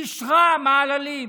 איש רע מעללים.